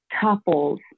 couples